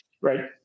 right